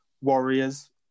Warriors